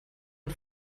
und